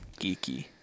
Geeky